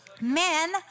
Men